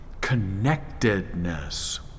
connectedness